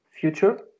future